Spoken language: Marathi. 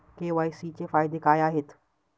के.वाय.सी चे फायदे काय आहेत?